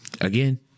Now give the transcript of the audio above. Again